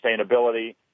sustainability